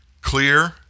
clear